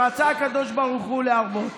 "רצה הקדוש ברוך הוא להרבות